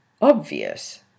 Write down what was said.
obvious